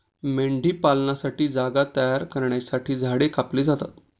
मेंढीपालनासाठी जागा तयार करण्यासाठी झाडे कापली जातात